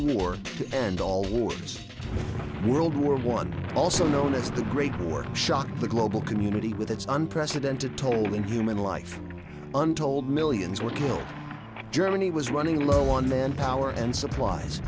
war to end all wars world war one also known as the great war shock the global community with its unprecedented toll in human life untold millions were killed germany was running low on men power and supplies